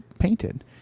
Painted